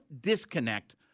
disconnect